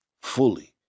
fully